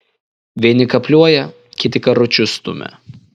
vieni kapliuoja kiti karučius stumia